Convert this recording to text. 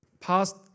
past